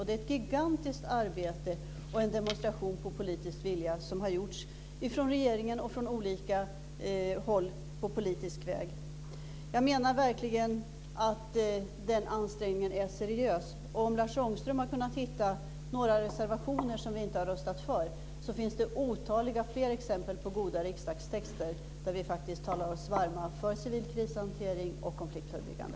Det är ett gigantiskt arbete och en demonstration på politisk vilja som har gjorts från regeringen och från olika håll på politisk väg. Jag menar verkligen att den ansträngningen är seriös. Om Lars Ångström har kunnat hitta några reservationer som vi inte har röstat för, finns det otaliga fler exempel på goda riksdagstexter där vi faktiskt talar oss varma för civil krishantering och civilt konfliktförebyggande.